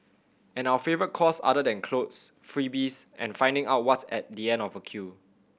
and our favourite cause other than clothes freebies and finding out what's at the end of a queue